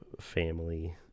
family